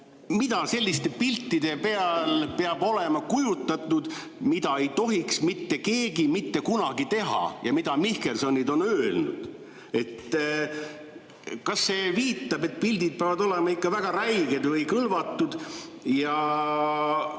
mida selliste piltide peal peab olema kujutatud, mida ei tohiks mitte keegi mitte kunagi teha, nagu Mihkelsonid on öelnud? Kas see viitab, et pildid peavad olema ikka väga räiged või kõlvatud?